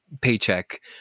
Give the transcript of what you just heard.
paycheck